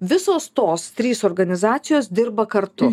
visos tos trys organizacijos dirba kartu